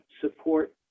support